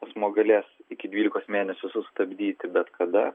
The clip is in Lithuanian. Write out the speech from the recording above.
asmuo galės iki dvylikos mėnesių sustabdyti bet kada